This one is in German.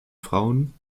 frauen